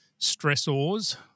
stressors